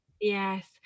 yes